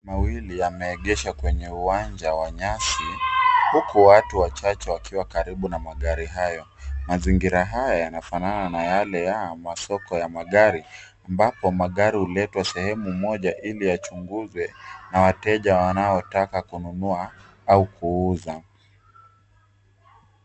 Mawili yameegeshwa kenye uwanja wa nyasi huku watu wachache wakiwa karibu na magari hayo. Mazingira haya yanafanana na yale ya masoko ya magari ambapo magari huletwa sehemu moja ili yachunguzwe na wateja wanaotaka kununua au kuuza.